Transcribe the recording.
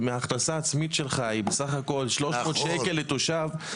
אם ההכנסה העצמית שלך היא בסך הכל 300 שקלים לתושב,